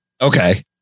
Okay